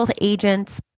agents